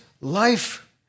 life